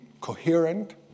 coherent